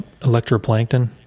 Electroplankton